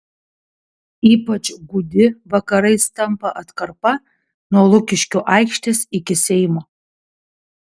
ypač gūdi vakarais tampa atkarpa nuo lukiškių aikštės iki seimo